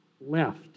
left